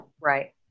right